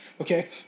Okay